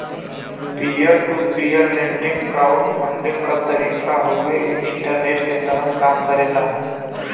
peer to peer lending crowd funding क तरीका हउवे इ नेटवर्क के तहत कम करला